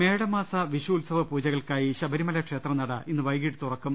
മേടമാസ വിഷു ഉത്സവ പൂജകൾക്കായി ശബരിമല ക്ഷേത്രനട ഇന്ന് വൈകീട്ട് തുറക്കും